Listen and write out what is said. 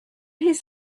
his